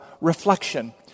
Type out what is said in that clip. reflection